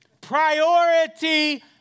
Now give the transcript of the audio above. Priority